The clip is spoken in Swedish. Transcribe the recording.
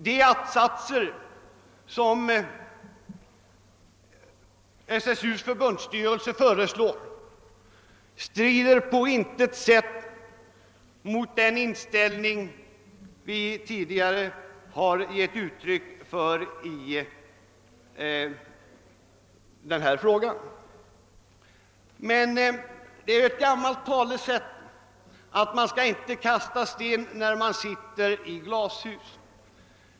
De att-satser som SSU:s förbundsstyrelse framlagt strider emellertid på intet sätt mot den inställning vi tidigare har givit uttryck för i denna fråga. Det är också ett gammalt talesätt alt man inte skall kasta sten när man sitter i glashus.